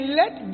let